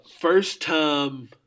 first-time